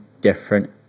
different